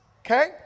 okay